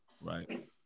right